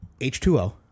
H2O